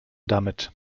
damit